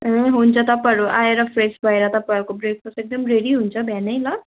ए हुन्छ तपाईँहरू आएर फ्रेस भएर तपाईँहरूको ब्रेकफास्ट एकदम रेडी हुन्छ बिहानै ल